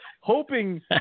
hoping